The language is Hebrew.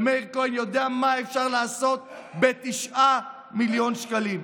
ומאיר כהן יודע מה אפשר לעשות ב-9 מיליון שקלים.